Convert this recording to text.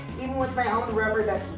even with my own rubber ducky.